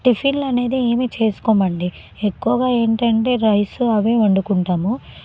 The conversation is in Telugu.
టిఫిన్లు అనేది ఏమీ చేసుకోమండీ ఎక్కువగా ఏంటంటే రైసు అవే వండుకుంటాము